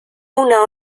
una